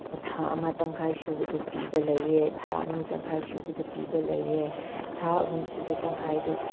ꯊꯥ ꯑꯃ ꯇꯪꯈꯥꯏ ꯁꯨꯕꯗ ꯄꯤꯕ ꯂꯩꯌꯦ ꯊꯥ ꯑꯅꯤ ꯇꯪꯈꯥꯏ ꯁꯨꯕꯗ ꯄꯤꯕ ꯂꯩꯌꯦ ꯊꯥ ꯑꯍꯨꯝꯁꯨꯕ ꯇꯪꯈꯥꯏꯗ